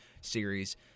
series